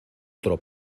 otro